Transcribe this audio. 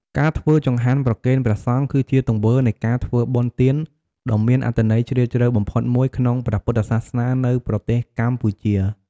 ការធ្វើចង្ហាន់ប្រគេនព្រះសង្ឃ គឺជាទង្វើនៃការធ្វើបុណ្យទានដ៏មានអត្ថន័យជ្រាលជ្រៅបំផុតមួយក្នុងព្រះពុទ្ធសាសនានៅប្រទេសកម្ពុជា។